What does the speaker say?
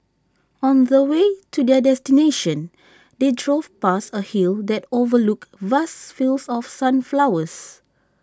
on the way to their destination they drove past A hill that overlooked vast fields of sunflowers